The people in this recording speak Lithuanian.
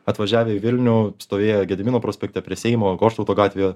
atvažiavę į vilnių stovėjo gedimino prospekte prie seimo goštauto gatvėje